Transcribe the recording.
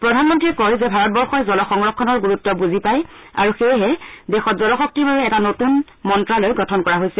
প্ৰধানমন্ত্ৰীয়ে কয় যে ভাৰতবৰ্ষই জল সংৰক্ষণৰ গুৰুত্ব বুজি পায় সেয়েহে দেশত জলশক্তিৰ বাবে এটা নতুন মন্ত্ৰালয় গঠন কৰা হৈছে